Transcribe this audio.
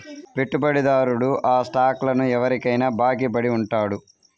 పెట్టుబడిదారుడు ఆ స్టాక్లను ఎవరికైనా బాకీ పడి ఉంటాడు